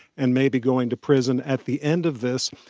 and maybe going to prison at the end of this.